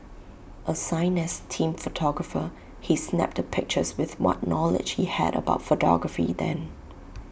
assigned as team photographer he snapped the pictures with what knowledge he had about photography then